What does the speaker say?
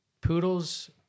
poodles